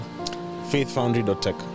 faithfoundry.tech